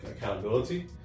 accountability